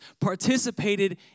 participated